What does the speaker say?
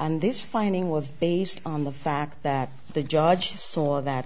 and this finding was based on the fact that the judge just saw that